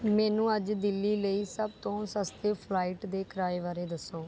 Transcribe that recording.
ਮੈਨੂੰ ਅੱਜ ਦਿੱਲੀ ਲਈ ਸਭ ਤੋਂ ਸਸਤੇ ਫਲਾਈਟ ਦੇ ਕਿਰਾਏ ਬਾਰੇ ਦੱਸੋ